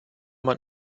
man